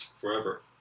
forever